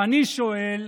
ואני שואל,